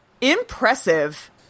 Impressive